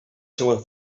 seua